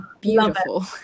beautiful